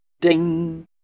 Ding